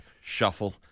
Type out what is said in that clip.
shuffle